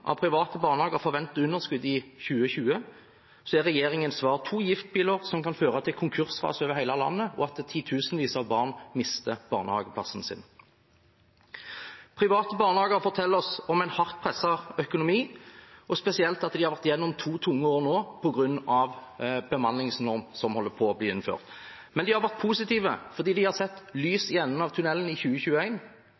av private barnehager forventer underskudd i 2020, er regjeringens svar to giftpiler som kan føre til konkursras over hele landet, og at titusenvis av barn mister barnehageplassen sin. Private barnehager forteller oss om en hardt presset økonomi, og spesielt at de har vært gjennom to tunge år nå på grunn av bemanningsnormen som er i ferd med å bli innført. Men de har vært positive, fordi de har sett